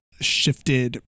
shifted